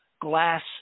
glass